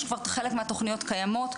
יש כבר חלק מהתוכניות קיימות,